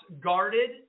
guarded